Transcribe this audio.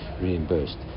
reimbursed